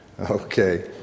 Okay